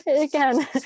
again